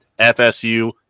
FSU